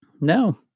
No